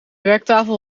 werktafel